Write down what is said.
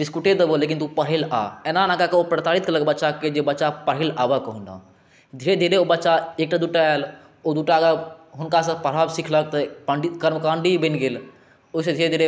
बिस्कुटे देबहु लेकिन तू पढ़ैले आ एना एना कए के ओ परतारैत केलथि बच्चाकेँ जे बच्चा पढ़ैले आबए कहुना धीरे धीरे ओ बच्चा एकटा दूटा आएल ओ दूटा हुनकासँ पढ़ब सिखलक तऽ पण्डित कर्मकाण्डी बनि गेल ओहिसँ धीरे धीरे